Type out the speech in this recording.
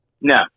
No